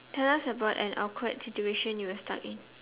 tell us about an awkward situation you were stuck in